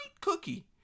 cookie